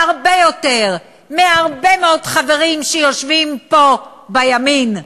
והרבה יותר, מהרבה מאוד חברים שיושבים פה בימין.